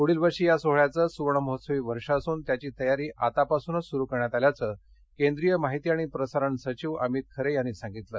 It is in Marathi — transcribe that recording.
पुढील वर्षी या सोहोळ्याचं सूवर्ण महोत्सवी वर्ष असून त्याची तयारी आतापासूनच सुरु करण्यात आल्याचं केंद्रीय माहिती आणि प्रसारण सचिव अमित खरे यांनी सांगितलं